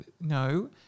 no